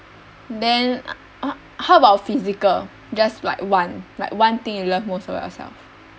then how about physical just like one like one thing you love most about yourself